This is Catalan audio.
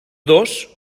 dos